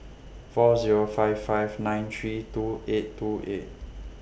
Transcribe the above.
four Zero five five nine three two eight two eight